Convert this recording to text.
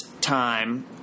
time